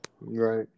right